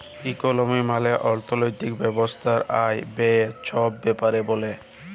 ইকলমি মালে আথ্থিক ব্যবস্থা আয়, ব্যায়ে ছব ব্যাপারে ব্যলে